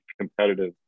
competitive